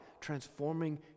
transforming